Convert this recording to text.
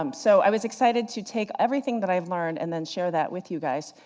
um so i was excited to take everything that i've learned and then share that with you guys.